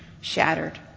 shattered